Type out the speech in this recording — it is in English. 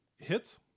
Hits